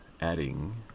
adding